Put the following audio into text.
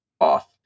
off